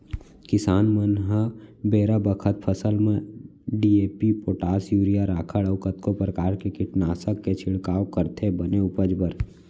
किसान मन ह बेरा बखत फसल म डी.ए.पी, पोटास, यूरिया, राखड़ अउ कतको परकार के कीटनासक के छिड़काव करथे बने उपज बर